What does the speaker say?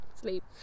Sleep